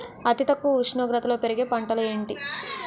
అతి తక్కువ ఉష్ణోగ్రతలో పెరిగే పంటలు ఏంటి?